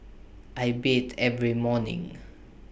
I bathe every morning